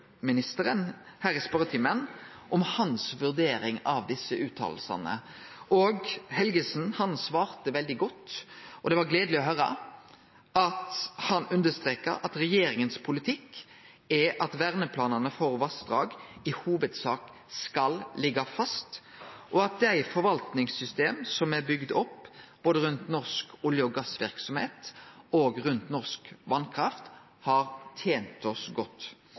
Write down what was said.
om hans vurdering av desse utsegnene. Helgesen svarte veldig godt, og det var gledeleg å høyre han understreke at regjeringas politikk er at verneplanane for vassdrag i hovudsak skal liggje fast, og at dei forvaltningssystema som er bygde opp både rundt norsk olje- og gassverksemd og rundt norsk vasskraft, har tent oss godt.